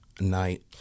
night